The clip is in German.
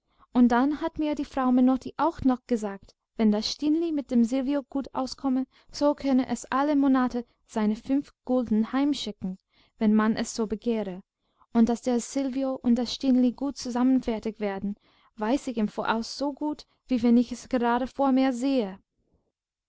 und dann hat mir die frau menotti auch noch gesagt wenn das stineli mit dem silvio gut auskomme so könne es alle monate seine fünf gulden heimschicken wenn man es so begehre und daß der silvio und das stineli gut zusammen fertig werden weiß ich im voraus so gut wie wenn ich es gerade vor mir sähe